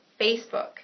Facebook